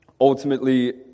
ultimately